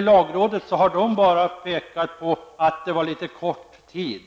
Lagrådet har bara pekat på att det var litet kort tid.